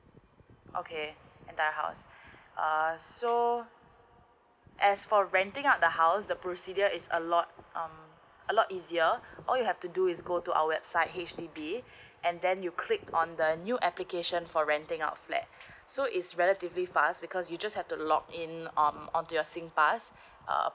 okay the house uh so as for renting out the house the procedure is a lot um a lot easier all you have to do is go to our website H_D_B and then you click on the new application for renting out flat so is relatively fast because you just have to lock in on onto your singpass uh